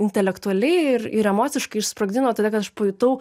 intelektualiai ir ir emociškai išsprogdino todėl kad aš pajutau